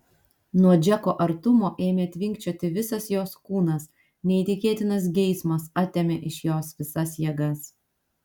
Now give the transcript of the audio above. nuo džeko artumo ėmė tvinkčioti visas jos kūnas neįtikėtinas geismas atėmė iš jos visas jėgas